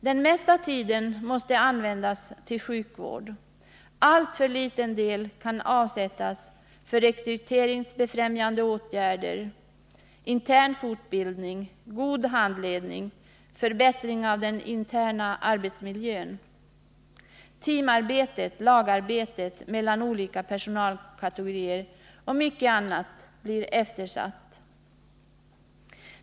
Den mesta tiden måste användas till sjukvård, och alltför liten del kan avsättas för rekryteringsbefrämjande åtgärder, intern fortbildning, god handledning, förbättring av den interna arbetsmiljön, teamarbete mellan olika personalkategorier. Allt detta och mycket annat blir eftersatt.